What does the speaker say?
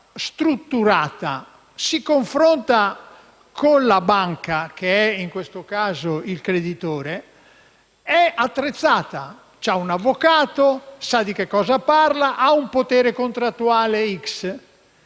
strutturata si confronta con la banca, che è in questo caso il creditore, è attrezzata: ha un avvocato, sa di cosa parla, ha un potere contrattuale